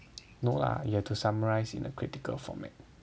no lah you have to summarise in a critical format